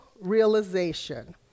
realization